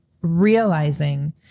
realizing